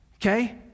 Okay